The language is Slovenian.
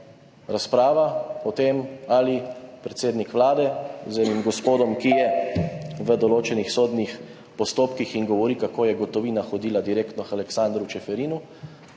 razprava o tem, ali predsednik Vlade z enim gospodom, ki je v določenih sodnih postopkih in govori, kako je gotovina hodila direktno k Aleksandru Čeferinu,